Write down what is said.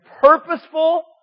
purposeful